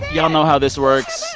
y'all know how this works.